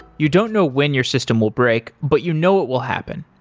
you don't know when your system will break, but you know it will happen.